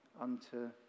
unto